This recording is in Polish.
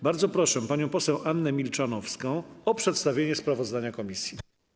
Bardzo proszę panią poseł Annę Milczanowską o przedstawienie sprawozdania komisji.